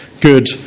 good